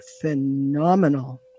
phenomenal